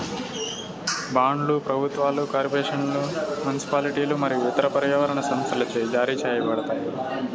బాండ్లు ప్రభుత్వాలు, కార్పొరేషన్లు, మునిసిపాలిటీలు మరియు ఇతర పర్యావరణ సంస్థలచే జారీ చేయబడతాయి